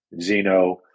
Zeno